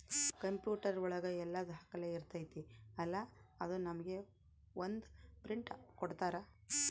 computer ಒಳಗ ಎಲ್ಲ ದಾಖಲೆ ಇರ್ತೈತಿ ಅಲಾ ಅದು ನಮ್ಗೆ ಒಂದ್ ಪ್ರಿಂಟ್ ಕೊಡ್ತಾರ